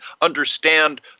understand